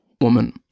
woman